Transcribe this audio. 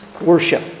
worship